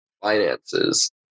finances